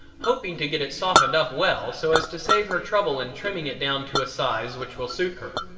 hoping to get it softened up well so as to save her trouble in trimming it down to a size which will suit her.